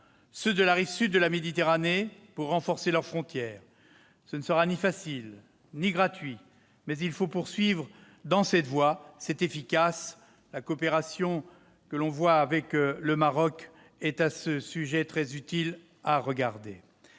ceux de la rive sud de la Méditerranée, pour renforcer leurs frontières. Ce ne sera ni facile ni gratuit, mais il faut poursuivre dans cette voie, qui est efficace : la coopération avec le Maroc est à ce titre exemplaire.